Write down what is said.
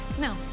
No